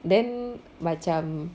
then macam